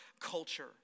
culture